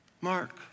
Mark